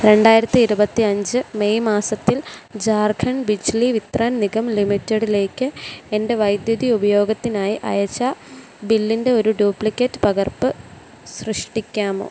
രണ്ടായിരത്തി ഇരുപത്തിയഞ്ച് മെയ് മാസത്തിൽ ജാർഖണ്ഡ് ബിജ്ലി വിത്രാൻ നിഗം ലിമിറ്റഡിലേക്ക് എൻ്റെ വൈദ്യുതി ഉപയോഗത്തിനായി അയച്ച ബില്ലിൻ്റെ ഒരു ഡ്യൂപ്ലിക്കേറ്റ് പകർപ്പ് സൃഷ്ടിക്കാമോ